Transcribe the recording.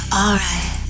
alright